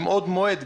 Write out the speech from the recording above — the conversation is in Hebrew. מבעוד מועד,